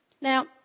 Now